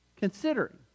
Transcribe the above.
Considering